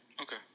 Okay